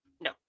no